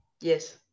Yes